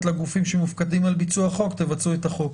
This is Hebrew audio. לגופים שמופקדים על ביצוע חוק: תבצעו את החוק.